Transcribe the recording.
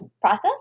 process